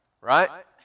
Right